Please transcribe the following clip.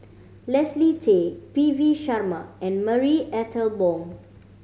Leslie Tay P V Sharma and Marie Ethel Bong